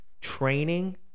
training